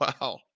wow